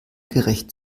gerecht